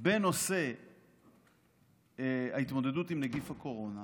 בנושא ההתמודדות עם נגיף הקורונה,